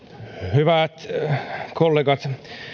hyvät kollegat